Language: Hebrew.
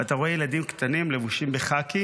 ואתה רואה ילדים קטנים לבושים בחאקי